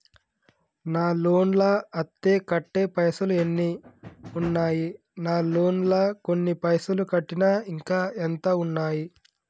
నా లోన్ లా అత్తే కట్టే పైసల్ ఎన్ని ఉన్నాయి నా లోన్ లా కొన్ని పైసల్ కట్టిన ఇంకా ఎంత ఉన్నాయి?